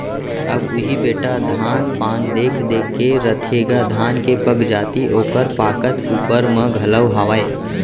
अब उही बेटा धान पान देख देख के रथेगा धान के पगजाति ओकर पाकत ऊपर म घलौ हावय